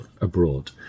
abroad